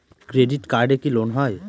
Credit কার্ডে কি loan হয়?